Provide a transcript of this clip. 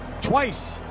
twice